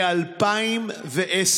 מ-2010.